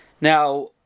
Now